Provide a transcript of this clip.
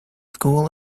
school